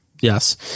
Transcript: Yes